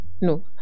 no